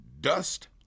dust